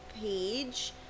page